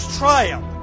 triumph